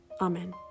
Amen